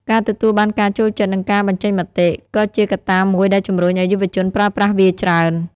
ការទទួលបានការចូលចិត្តនិងការបញ្ចេញមតិ ក៏ជាកត្តាមួយដែលជំរុញឱ្យយុវជនប្រើប្រាស់វាច្រើន។